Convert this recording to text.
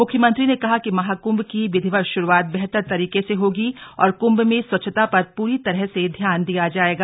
मुख्यमंत्री ने कहा कि महाकुंभ की विधिवत शुरुआत बेहतर तरीके से होगी और कुंभ में स्वच्छता पर पूरी तरह से ध्यान दिया जाएगा